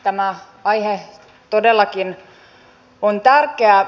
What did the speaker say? tämä aihe todellakin on tärkeä